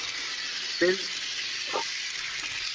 تیٚلہِ